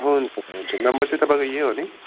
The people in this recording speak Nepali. हुन्छ हुन्छ नम्बर चाहिँ तपाईँको यो हो नि